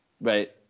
Right